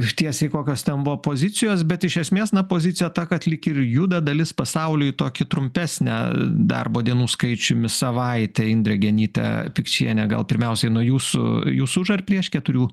išties kokios ten buvo pozicijos bet iš esmės na pozicija ta kad lyg ir juda dalis pasaulio į tokį trumpesnę darbo dienų skaičiumi savaitę indrė genytė pikčienė gal pirmiausiai nuo jūsų jūs už ar prieš keturių